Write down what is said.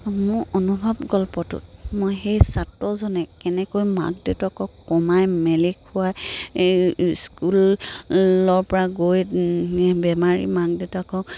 মোৰ অনুভৱ গল্পটোত মই সেই ছাত্ৰজনে কেনেকৈ মাক দেউতাকক কমাই মেলি খুৱাই স্কুলৰপৰা গৈ বেমাৰী মাক দেউতাকক